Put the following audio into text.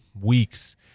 weeks